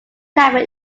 cabin